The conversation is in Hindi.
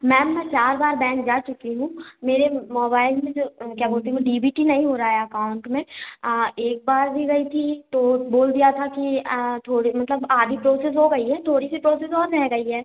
मैम मैं चार बार बैंक जा चुकी हूँ मेरे मोबाइल में जो क्या बोलते वो डी बी टी नहीं हो रहा है अकाउंट में एक बार भी गई थी तो बोल दिया था कि थोड़ी मतलब आधी प्रोसेस हो गई है थोड़ी सी प्रोसेस और रह गई है